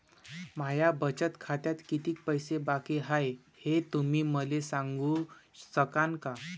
माया बचत खात्यात कितीक पैसे बाकी हाय, हे तुम्ही मले सांगू सकानं का?